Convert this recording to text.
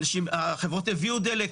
החברות הביאו דלק,